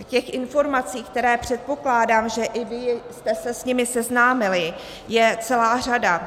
Těch informací, které, předpokládám, že i vy jste se s nimi seznámili, je celá řada.